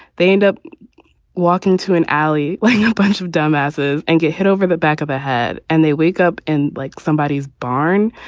they end up walking to an alley like yeah a bunch of dumb asses and get hit over the back of a head and they wake up and like somebodies barn.